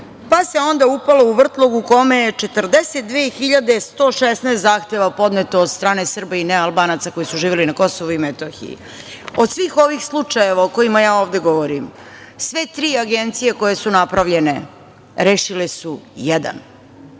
pa se onda upalo u vrtlog u kome je 42.116 zahteva podneto od strane Srba i nealbanaca koji su živeli na KiM. Od svih ovih slučajeva o kojima ja ovde govorim, sve tri agencije koje su napravljene rešile su jedan.